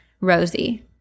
Rosie